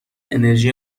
انرژی